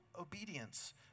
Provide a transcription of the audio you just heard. obedience